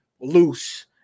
loose